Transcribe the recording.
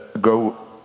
go